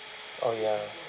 oh ya